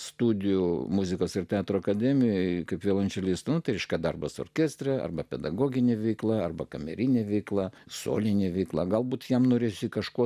studijų muzikos ir teatro akademijoje kaip violončelistu moteriška darbas orkestre arba pedagoginė veikla arba kamerinė veikla solinė veikla galbūt jam norėjosi kažko